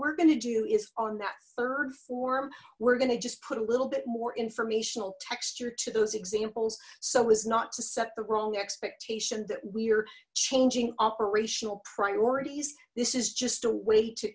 we're going to do is on that third form we're going to just put a little bit more informational texture to those examples so is not to set the wrong expectation that we're changing operational priorities this is just a way to